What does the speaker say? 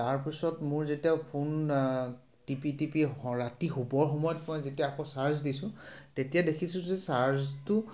তাৰপিছত মোৰ যেতিয়া ফোন টিপি টিপি ৰাতি শুবৰ সময়ত মই যেতিয়া আকৌ চাৰ্জ দিছোঁ তেতিয়া দেখিছোঁ যে চাৰ্জটো